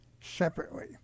separately